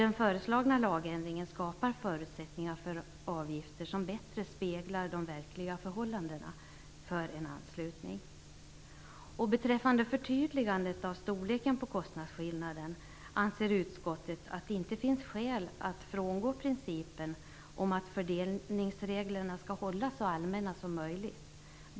Den föreslagna lagändringen skapar också förutsättningar för avgifter som bättre speglar de verkliga förhållandena när det gäller en anslutning. Beträffande förtydligandet av storleken på kostnadsskillnaden anser utskottet att det inte finns skäl att frångå principen att fördelningsreglerna skall hållas så allmänna som möjligt.